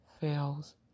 fails